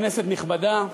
כנסת נכבדה,